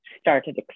started